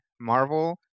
Marvel